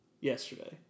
yesterday